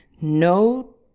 no